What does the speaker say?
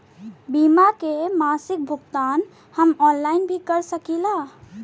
बीमा के मासिक भुगतान हम ऑनलाइन भी कर सकीला?